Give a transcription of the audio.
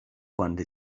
quants